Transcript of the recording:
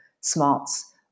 smarts